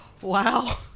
Wow